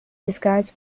disguise